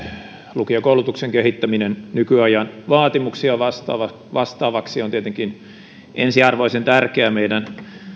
lukiokoulutuksen kehittäminen nykyajan vaatimuksia vastaavaksi on tietenkin ensiarvoisen tärkeää meidän